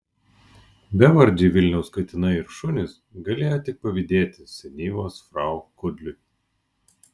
bevardžiai vilniaus katinai ir šunys galėjo tik pavydėti senyvos frau kudliui